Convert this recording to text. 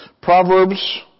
Proverbs